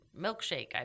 milkshake